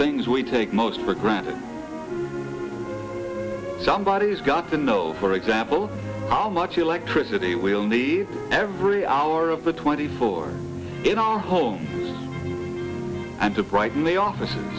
things we take most for granted somebody has got to know for example how much electricity we'll need every hour of the twenty four in our home and to brighten the office